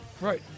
Right